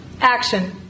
action